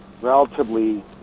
relatively